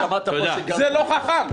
זה לא חכם.